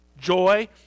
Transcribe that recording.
joy